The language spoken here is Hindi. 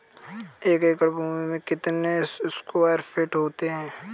एक एकड़ भूमि में कितने स्क्वायर फिट होते हैं?